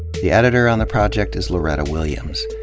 the editor on the project is loretta williams.